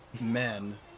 men